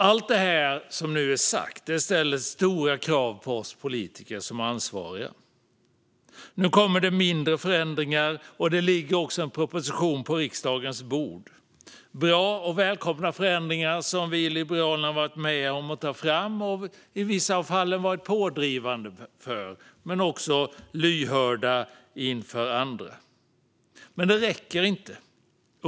Allt det som nu är sagt ställer stora krav på oss politiker som ansvariga. Nu kommer det mindre förändringar, och det ligger också en proposition på riksdagens bord. Det är bra och välkomna förändringar som vi liberaler har varit med och tagit fram och i vissa fall varit pådrivande för att ta fram. Men vi har också varit lyhörda inför andra. Men det räcker inte.